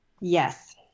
Yes